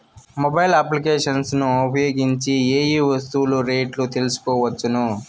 Mobile applications ను ఉపయోగించి ఏ ఏ వస్తువులు రేట్లు తెలుసుకోవచ్చును?